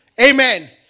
Amen